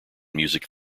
music